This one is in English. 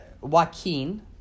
Joaquin